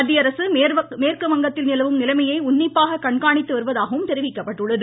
மத்திய அரசு மேற்குவங்கத்தில் நிலவும் நிலைமையை உன்னிப்பாக கண்காணித்து வருவதாகவும் தெரிவிக்கப்பட்டுள்ளது